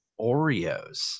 Oreos